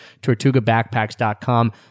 tortugabackpacks.com